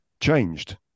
changed